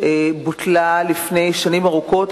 בוטלה לפני שנים ארוכות,